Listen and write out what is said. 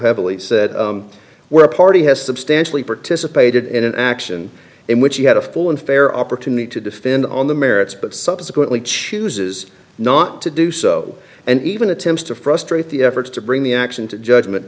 heavily said where a party has substantially participated in an action in which he had a full and fair opportunity to defend on the merits but subsequently chooses not to do so and even attempts to frustrate the efforts to bring the action to judgment